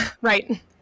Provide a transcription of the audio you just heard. Right